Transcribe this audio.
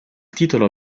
titolo